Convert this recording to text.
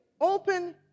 Open